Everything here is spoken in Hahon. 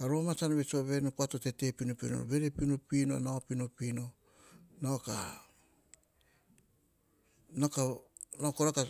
romana tsan vets voa veni, kua to tete pinopino ovoi nee, vere pinopino, nao pinopino nao ka, nao kora.